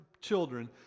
children